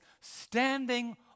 standing